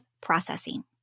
processing